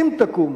אם תקום,